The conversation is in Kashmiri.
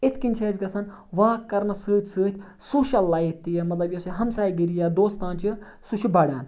اِتھ کٔنۍ چھِ أسۍ گژھان واک کَرنَس سۭتۍ سۭتۍ سوشَل لایف تہِ یہِ مطلب یوٚس یہِ ہمساے گِری یا دوستان چھِ سُہ چھِ بڑان